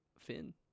Finn